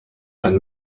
and